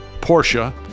Porsche